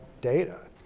data